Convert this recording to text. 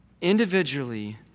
individually